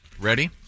Ready